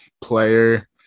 player